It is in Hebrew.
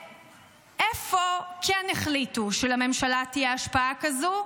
ואיפה כן החליטו שלממשלה תהיה השפעה כזו?